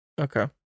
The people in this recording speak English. Okay